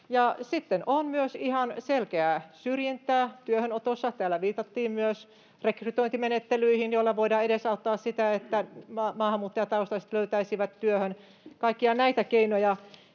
Sitten on myös ihan selkeää syrjintää työhönotossa. Täällä viitattiin myös rekrytointimenettelyihin, joilla voidaan edesauttaa sitä, että maahanmuuttajataustaiset löytäisivät työhön. Kaikkia näitä keinoja